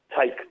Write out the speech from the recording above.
take